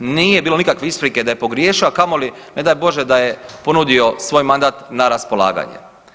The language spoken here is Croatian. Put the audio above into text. Nije bilo nikakve isprike da je pogriješio, a kamoli, ne daj Bože, da je ponudio svoj mandat na raspolaganje.